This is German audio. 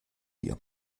dir